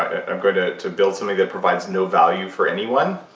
i'm going to to build something that provides no value for anyone,